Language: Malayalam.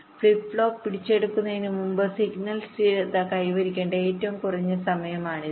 ഫ്ലിപ്പ് ഫ്ലോപ്പ് പിടിച്ചെടുക്കുന്നതിന് മുമ്പ് സിഗ്നൽ സ്ഥിരത കൈവരിക്കേണ്ട ഏറ്റവും കുറഞ്ഞ സമയമാണിത്